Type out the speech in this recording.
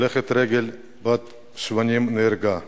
הולכת רגל בת 80 נהרגה.